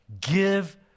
give